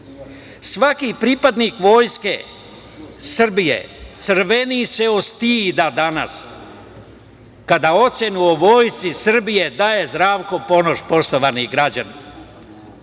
da. Svaki pripadnik Vojske Srbije crveni se od stida danas kada ocenu o Vojsci Srbije daje Zdravko Ponoš, poštovani građani.